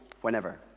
whenever